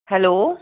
hello